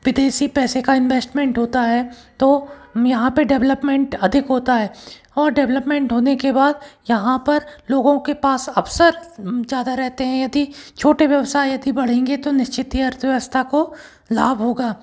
विदेशी पैसे का इंवेस्टमेंट होता है तो यहाँ पर डेवलपमेंट अधिक होता है और डेवलपमेंट होने के बाद यहाँ पर लोगों के पास अवसर ज़्यादा रहते हैं यदि छोटे व्यवसाय यदि बढ़ेंगे तो निश्चित ही अर्थव्यवस्था को लाभ होगा